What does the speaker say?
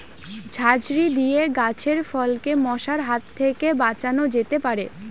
ঝাঁঝরি দিয়ে গাছের ফলকে মশার হাত থেকে বাঁচানো যেতে পারে?